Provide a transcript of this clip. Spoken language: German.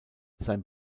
sein